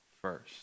first